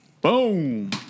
Boom